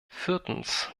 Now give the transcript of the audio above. viertens